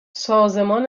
سازمان